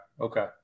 Okay